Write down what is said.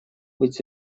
быть